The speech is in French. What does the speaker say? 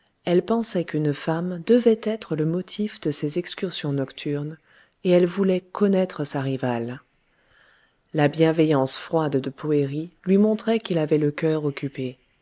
elle pensait qu'une femme devait être le motif de ces excursions nocturnes et elle voulait connaître sa rivale la bienveillance froide de poëri lui montrait qu'il avait le cœur occupé